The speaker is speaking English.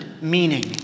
meaning